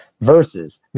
versus